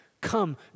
come